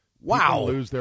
Wow